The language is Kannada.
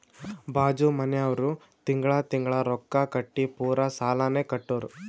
ಬಾಜು ಮನ್ಯಾವ್ರು ತಿಂಗಳಾ ತಿಂಗಳಾ ರೊಕ್ಕಾ ಕಟ್ಟಿ ಪೂರಾ ಸಾಲಾನೇ ಕಟ್ಟುರ್